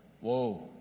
Whoa